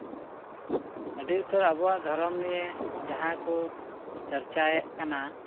ᱟᱹᱰᱤᱩᱛᱟᱹᱨ ᱟᱵᱚᱣᱟᱜ ᱫᱷᱚᱨᱚᱢ ᱱᱤᱭᱮ ᱡᱟᱦᱟᱸᱭ ᱠᱚ ᱪᱟᱨᱪᱟᱭᱮᱜ ᱠᱟᱱᱟ